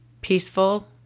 peaceful